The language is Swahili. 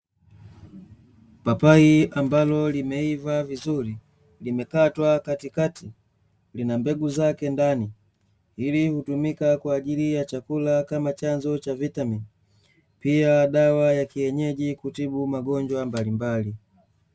Papai ambalo limeiva vizuri, limekatwa katikati lina mbegu zake ndani. Hili hutumika kwa ajili ya chakula kama chanzo cha vitamini, pia dawa ya kienyeji kutibu magonjwa mbalimbali.